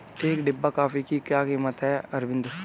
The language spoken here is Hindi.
एक डिब्बा कॉफी की क्या कीमत है अरविंद?